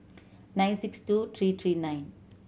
nine six two three three nine